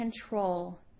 control